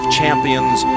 champions